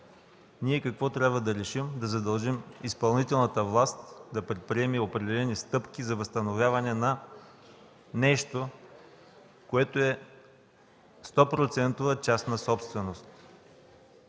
ние какво трябва да решим? – Да задължим изпълнителната власт да предприеме определени стъпки за възстановяване на нещо, което е 100%-ва частна собственост.